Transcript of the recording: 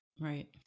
Right